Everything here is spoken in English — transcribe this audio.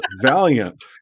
Valiant